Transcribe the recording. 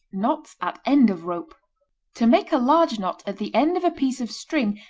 knots at end of rope to make a large knot at the end of a piece of string,